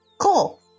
Cool